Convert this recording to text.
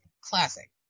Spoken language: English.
Classic